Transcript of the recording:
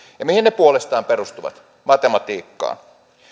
ja mihin ne puolestaan perustuvat matematiikkaan